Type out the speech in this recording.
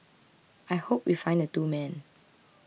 I hope we find the two men